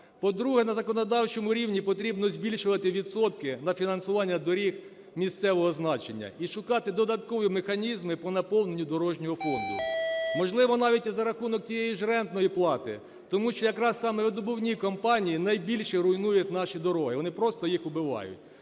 По-друге, на законодавчому рівні потрібно збільшувати відсотки на фінансування доріг місцевого значення і шукати додаткові механізми по наповненню дорожнього фонду, можливо, навіть і за рахунок тієї ж рентної плати, тому що якраз саме видобувні компанії найбільше руйнують наші дороги, вони просто їх вбивають.